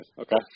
Okay